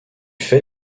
fait